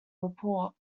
report